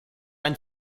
ein